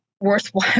worthwhile